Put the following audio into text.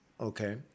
Okay